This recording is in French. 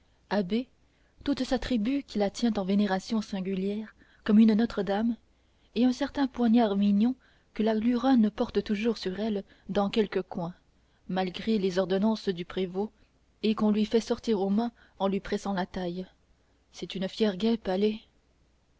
toute sa tribu qui la tient en vénération singulière comme une notre-dame et un certain poignard mignon que la luronne porte toujours sur elle dans quelque coin malgré les ordonnances du prévôt et qu'on lui fait sortir aux mains en lui pressant la taille c'est une fière guêpe allez